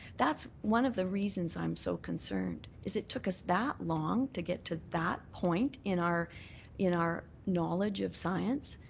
that's one of the reasons i'm so concerned is it took us that long to get to that point in our in our knowledge of science.